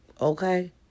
Okay